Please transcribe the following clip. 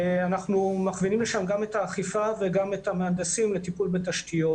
אנחנו מכוונים לשם גם את האכיפה וגם את המהנדסים לטיפול בתשתיות,